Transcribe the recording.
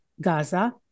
Gaza